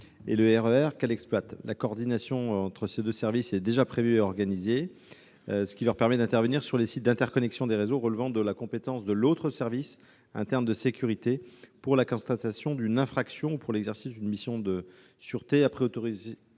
et le RER qu'elle exploite. La coordination entre ces deux services est déjà prévue et organisée, ce qui leur permet d'intervenir sur les sites d'interconnexion des réseaux relevant de la compétence de l'autre service interne de sécurité pour la constatation d'une infraction ou pour l'exercice d'une mission de sûreté après autorisation